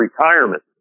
retirement